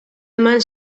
eman